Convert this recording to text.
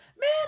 Man